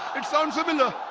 it sounds opener